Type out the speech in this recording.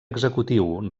executiu